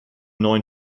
neuen